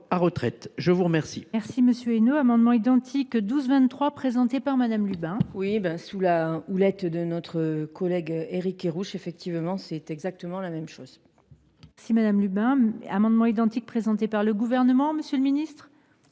Je vous remercie